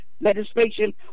legislation